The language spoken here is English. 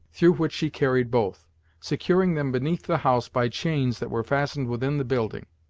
through which she carried both securing them beneath the house by chains that were fastened within the building.